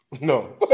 No